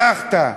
הלכת,